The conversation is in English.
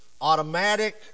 automatic